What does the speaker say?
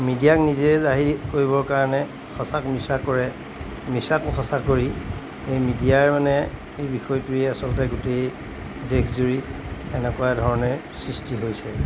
মিডিয়াক নিজে জাহিৰ কৰিবৰ কাৰণে সঁচাক মিছা কৰে মিছাকো সঁচা কৰি এই মিডিয়াৰ মানে এই বিষয়টোৱেই আচলতে গোটেই দেশ জুৰি এনেকুৱা ধৰণে সৃষ্টি হৈছে